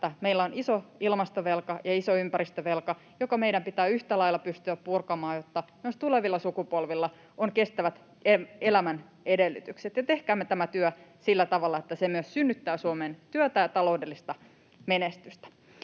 että meillä on iso ilmastovelka ja iso ympäristövelka, joka meidän pitää yhtä lailla pystyä purkamaan, jotta myös tulevilla sukupolvilla on kestävät elämän edellytykset. Tehkäämme tämä työ sillä tavalla, että se myös synnyttää Suomeen työtä ja taloudellista menestystä.